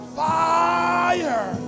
fire